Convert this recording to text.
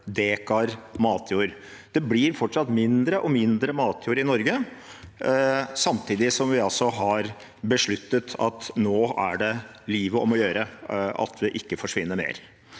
dekar matjord. Det blir fortsatt mindre og mindre matjord i Norge, samtidig som vi altså har besluttet at det nå er livet om å gjøre at det ikke forsvinner mer.